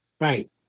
Right